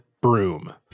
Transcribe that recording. broom